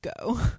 go